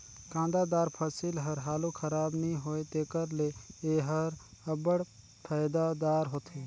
कांदादार फसिल हर हालु खराब नी होए तेकर ले एहर अब्बड़ फएदादार होथे